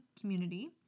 community